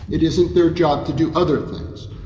it isn't their job to do other things,